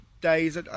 days